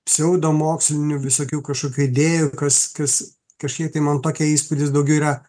pseudomokslinių visokių kažkokių idėjų kas kas kažkiek tai man tokia įspūdis daugiau yra